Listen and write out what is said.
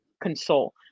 console